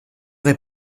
est